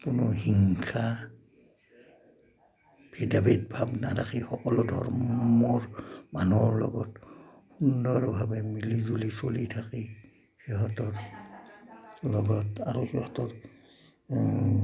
কোনো হিংসা ভেদাভেদ ভাৱ নাৰাখি সকলো ধৰ্মৰ মানুহৰ লগত সুন্দৰভাৱে মিলি জুলি চলি থাকেই সিহঁতৰ লগত আৰু সিহঁতৰ